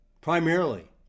primarily